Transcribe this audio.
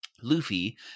Luffy